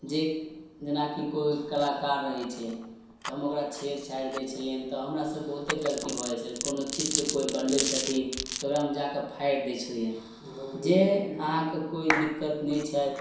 जे जेनाकि कोइ कलाकार रहय छै तऽ हम ओकरा छोड़ि छाड़ि दै छलियनि तऽ हमरासँ बहुते गलती भऽ जाइ छल कोनो चित्र कोइ बनबय छथिन तऽ ओकरामे जाकऽ फाड़ि दै छलियनि जे अहाँक कोइ दिक्कत नहि छथि